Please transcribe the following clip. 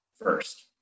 first